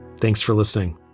thanks for listening